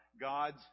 God's